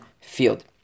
field